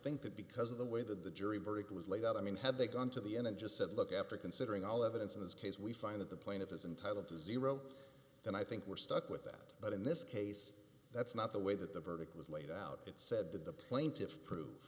think that because of the way that the jury verdict was laid out i mean had they gone to the end and just said look after considering all the evidence in this case we find that the plaintiff is entitle to zero and i think we're stuck with that but in this case that's not the way that the verdict was laid out it said that the plaintiffs prove